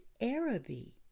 Araby